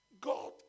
God